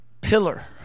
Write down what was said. pillar